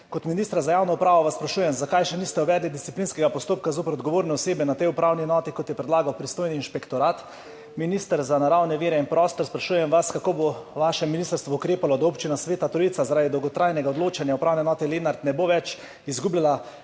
Kot ministra za javno upravo vas sprašujem: Zakaj še niste uvedli disciplinskega postopka zoper odgovorne osebe na tej upravni enoti, kot je predlagal pristojni inšpektorat? Minister za naravne vire in prostor, sprašujem vas: Kako bo vaše ministrstvo ukrepalo, da Občina Sveta Trojica zaradi dolgotrajnega odločanja Upravne enote Lenart ne bo več izgubljala